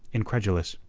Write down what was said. incredulous.